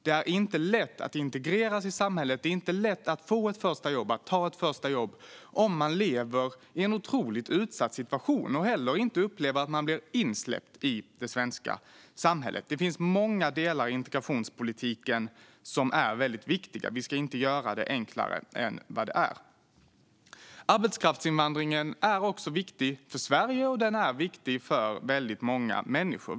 Det är inte lätt att integreras i samhället eller att få och ta ett första jobb om man lever i en otroligt utsatt situation och inte heller upplever att man blir insläppt i det svenska samhället. Det finns många delar i migrationspolitiken som är viktiga. Vi ska inte göra det enklare än det är. Arbetskraftsinvandringen är också viktig för Sverige och för många människor.